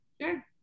Sure